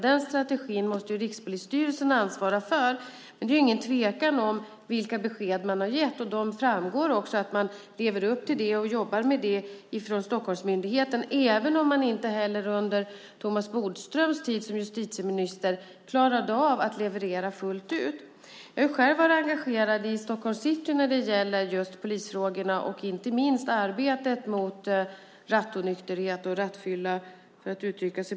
Den strategin måste Rikspolisstyrelsen ansvara för. Det är ingen tvekan om vilka besked man har gett. Det framgår också att man lever upp till dem och jobbar med dem från Stockholmsmyndigheten även om man inte heller under Thomas Bodströms tid som justitieminister klarade av att leverera fullt ut. Jag har själv varit engagerad i Stockholms city när det gäller polisfrågorna, inte minst arbetet mot rattonykterhet och rattfylla.